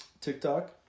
TikTok